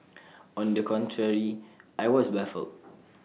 on the contrary I was baffled